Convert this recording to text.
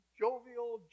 jovial